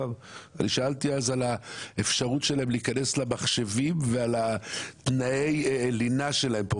שאלתי אז על האפשרות שלהם להיכנס למחשבים ועל תנאי הלינה שלהם פה,